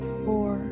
four